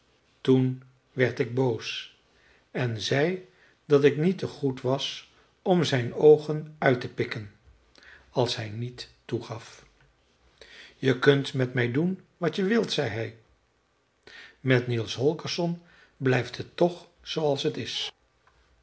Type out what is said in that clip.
toen werd ik boos en zei dat ik niet te goed was om zijn oogen uit te pikken als hij niet toegaf je kunt met mij doen wat je wilt zei hij met niels holgersson blijft het toch zooals het is